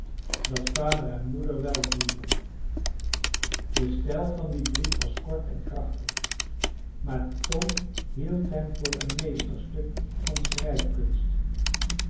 dat vader en moeder welvoeren de stijl van dien brief was kort en krachtig maar tom hield hem voor een meesterstuk van